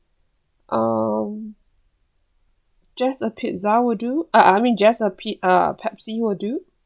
um just a pizza would do I I mean just a p~ uh Pepsi will do